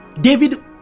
David